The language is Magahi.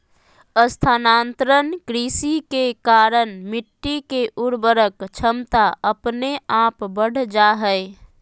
स्थानांतरण कृषि के कारण मिट्टी के उर्वरक क्षमता अपने आप बढ़ जा हय